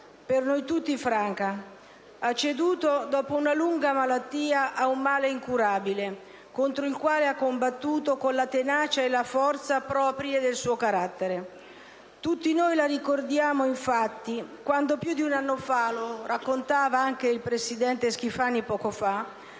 per noi tutti Franca. Ha ceduto dopo una lunga battaglia ad un male incurabile, contro il quale ha combattuto con la tenacia e la forza proprie del suo carattere. Tutti noi la ricordiamo infatti quando, più di un anno fa, (lo raccontava anche il presidente Schifani poco fa),